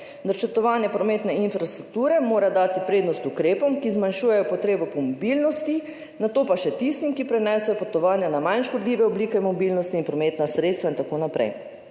Načrtovanje prometne infrastrukture mora dati prednost ukrepom, ki zmanjšujejo potrebo po mobilnosti, nato pa še tistim, ki prenesejo potovanja na manj škodljive oblike mobilnosti in prometna sredstva.« In tako naprej.